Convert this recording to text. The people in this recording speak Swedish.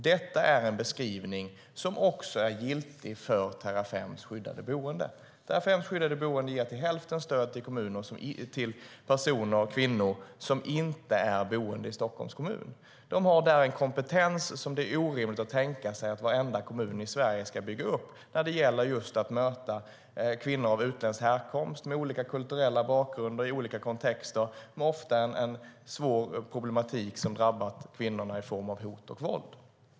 Detta är en beskrivning som också är giltig för Terrafems skyddade boende. Terrafems skyddade boende ger till hälften stöd till kvinnor som inte är boende i Stockholms kommun. Man har en kompetens som det är orimligt att tänka sig att varenda kommun i Sverige ska bygga upp när det gäller att möta kvinnor med utländsk härkomst och olika kulturell bakgrund i olika kontexter. Det är ofta en svår problematik som har drabbat kvinnorna i form av hot och våld.